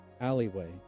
alleyway